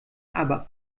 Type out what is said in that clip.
aber